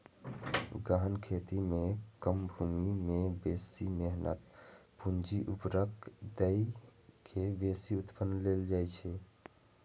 गहन खेती मे कम भूमि मे बेसी मेहनत, पूंजी, उर्वरक दए के बेसी उत्पादन लेल जाइ छै